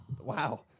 wow